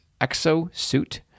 ExoSuit